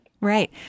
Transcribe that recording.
right